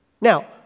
Now